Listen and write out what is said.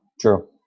True